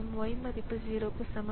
இப்போது Y என்பது 0 க்கு சமம்